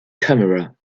camera